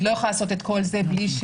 היא לא יכולה לעשות את כל זה כך.